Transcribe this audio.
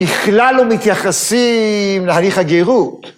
‫בכלל לא מתייחסים להליך הגירות.